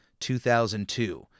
2002